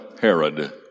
Herod